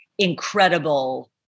incredible